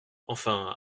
enfin